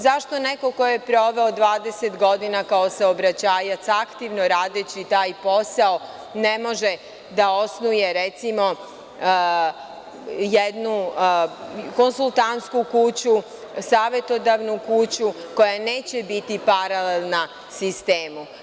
Zašto neko ko je proveo 20 godina kao saobraćajac, aktivno radeći taj posao ne može da osnuje, recimo, jednu konsultantsku kuću, savetodavnu kuću koja neće biti paralelna sistemu.